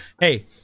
Hey